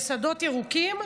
בשדות ירוקים,